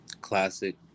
Classic